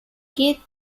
geht